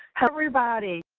everybody.